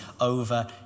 over